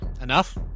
enough